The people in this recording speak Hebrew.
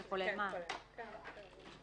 זה כולל מע"מ.